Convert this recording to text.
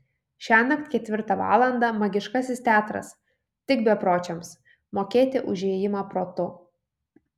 šiąnakt ketvirtą valandą magiškasis teatras tik bepročiams mokėti už įėjimą protu